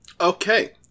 Okay